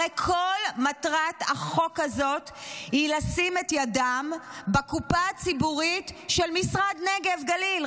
הרי כל מטרת החוק הזה היא לשים את ידם בקופה הציבורית של משרד נגב-גליל,